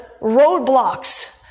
roadblocks